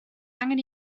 angen